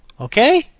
Okay